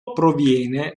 proviene